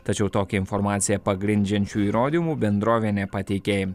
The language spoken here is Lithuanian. tačiau tokią informaciją pagrindžiančių įrodymų bendrovė nepateikė